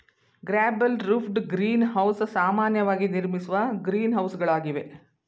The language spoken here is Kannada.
ಗ್ಯಾಬಲ್ ರುಫ್ಡ್ ಗ್ರೀನ್ ಹೌಸ್ ಸಾಮಾನ್ಯವಾಗಿ ನಿರ್ಮಿಸುವ ಗ್ರೀನ್ಹೌಸಗಳಾಗಿವೆ